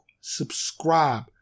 subscribe